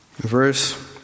Verse